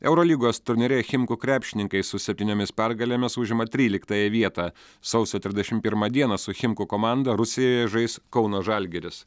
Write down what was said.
eurolygos turnyre chimku krepšininkai su septyniomis pergalėmis užima tryliktąją vietą sausio trisdešim pirmą dieną su chimku komanda rusijoje žais kauno žalgiris